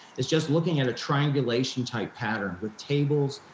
is just looking at a triangulation type pattern with tables,